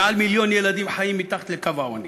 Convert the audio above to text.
מעל מיליון ילדים חיים מתחת לקו העוני,